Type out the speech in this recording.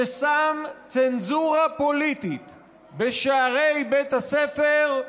ששם צנזורה פוליטית בשערי בית הספר,